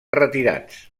retirats